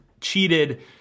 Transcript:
cheated